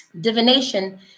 divination